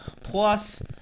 Plus